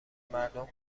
مردم